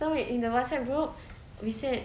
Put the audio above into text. so we in the WhatsApp group we said